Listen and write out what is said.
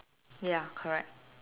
ya correct